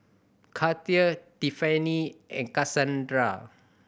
Gaither Tiffanie and Kassandra